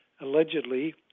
allegedly